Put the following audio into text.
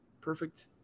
perfect